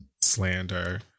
slander